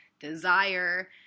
desire